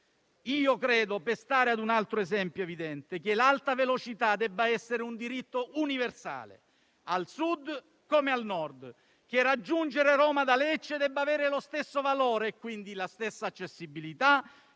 a metà. Per stare a un altro esempio evidente, credo personalmente che l'alta velocità debba essere un diritto universale, al Sud come al Nord; che raggiungere Roma da Lecce debba avere lo stesso valore, quindi la stessa accessibilità,